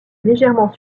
légèrement